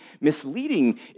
misleading